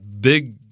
big